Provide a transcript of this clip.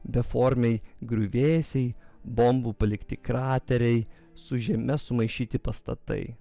beformiai griuvėsiai bombų palikti krateriai su žeme sumaišyti pastatai